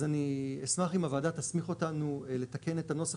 אז אני אשמח אם הוועדה תסמיך אותנו לתקן את הנוסח